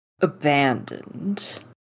abandoned